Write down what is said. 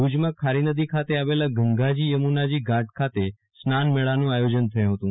ભુજમાં ખરી નદી ખાતે આવેલા ગંગાજી યમુનાજી ઘટ ખાતે સ્નાન મેળાનું આયોજન થયું હતું